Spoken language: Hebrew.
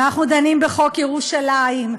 אנחנו דנים בחוק ירושלים,